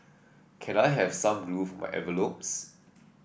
can I have some glue for my envelopes